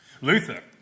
Luther